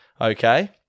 okay